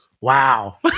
wow